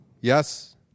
Yes